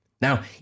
Now